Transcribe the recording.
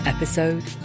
Episode